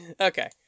Okay